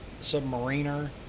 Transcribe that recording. submariner